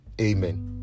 amen